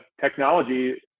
technology